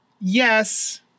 yes